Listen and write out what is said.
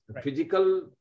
physical